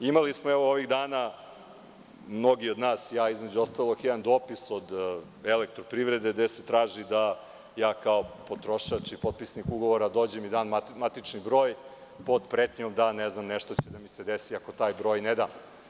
Imali smo ovih dana mnogi od nas, između ostalog i ja, imam dopis od Elektroprivrede, gde se traži da ja kao potrošač i potpisnik ugovora dođem i dam matični broj pod pretnjom da će mi se nešto desiti ako taj broj ne dam.